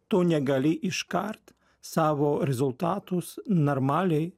tu negali iškart savo rezultatus normaliai